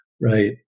Right